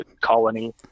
colony